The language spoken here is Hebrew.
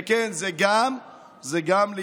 ואמרתי אותה גם קודם לחברת הכנסת בן ארי,